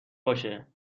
باشه